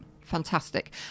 Fantastic